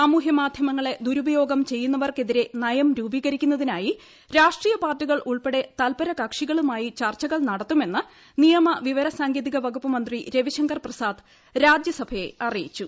സാമൂഹ്യ മാധ്യമങ്ങളെ ദുരുപയോഗം ചെയ്യുന്നവർക്കെതിരെ നയം രൂപീകരിക്കുന്നതിനായി രാഷട്രീയ പാർട്ടികൾ ഉൾപ്പെടെ തൽപരകക്ഷികളുമായി ചർച്ചകൾ നടത്തുമെന്ന് നിയമ വിവര സാങ്കേതിക വകുപ്പ് മന്ത്രി രവിശങ്കർ പ്രസാദ് രാജ്യസഭയെ അറിയിച്ചു